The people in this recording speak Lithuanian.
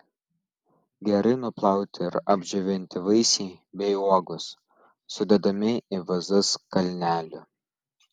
gerai nuplauti ir apdžiovinti vaisiai bei uogos sudedami į vazas kalneliu